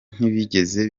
ntibigeze